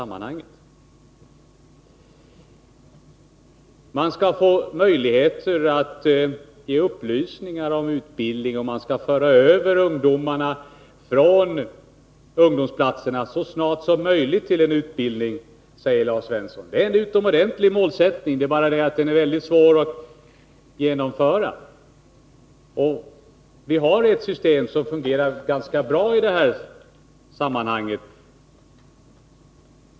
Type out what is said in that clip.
Man skall få möjligheter att ge upplysningar om utbildning, och man skall så snart som möjligt föra över ungdomarna från ungdomsplatserna till utbildning, säger Lars Svensson. Det är en utomordentlig målsättning. Problemet är bara att den är mycket svår att genomföra. Vi har ett system som fungerar ganska bra.